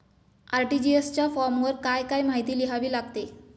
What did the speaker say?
RTGS च्या फॉर्मवर काय काय माहिती लिहावी लागते?